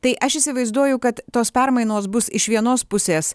tai aš įsivaizduoju kad tos permainos bus iš vienos pusės